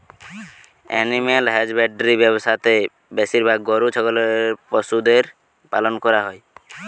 animal husbandry ব্যবসা তে বেশিরভাগ গরু ছাগলের পশুদের পালন করা হই